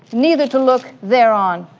neither to look thereon.